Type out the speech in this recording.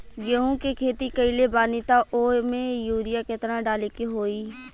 गेहूं के खेती कइले बानी त वो में युरिया केतना डाले के होई?